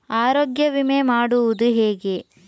ಆರೋಗ್ಯ ವಿಮೆ ಮಾಡುವುದು ಹೇಗೆ?